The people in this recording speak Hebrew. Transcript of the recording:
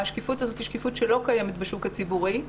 השקיפות הזאת היא שקיפות שלא קיימת בשוק הציבורי,